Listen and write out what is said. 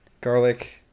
Garlic